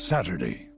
Saturday